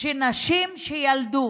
של נשים שילדו,